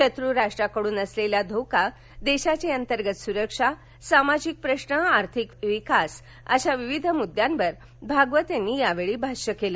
शत्र राष्ट्रांकडून असलेला धोका देशाची अंतर्गत सुरक्षा सामाजिक प्रश्न आर्थिक विकास अशा विविध मृदद्यांवर भागवत यांनी यावेळी भाष्य केलं